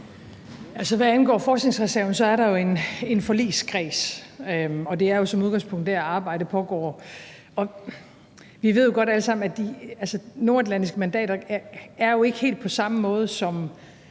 Hvad angår forskningsreserven, er der jo en forligskreds, og det er jo som udgangspunkt der, arbejdet pågår. Vi ved jo godt, at de nordatlantiske mandater jo ikke er helt på samme måde, som